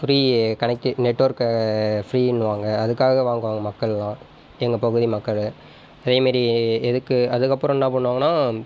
free connect network ஃப்ரீன்னுவாங்க அதுக்காக வாங்குவாங்க மக்களெலாம் எங்கள் பகுதி மக்களும் அதே மாரி எதுக்கு அதுக்கு அப்புறம் என்ன பண்ணுவாங்கன்னால்